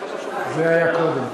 זה היה קודם.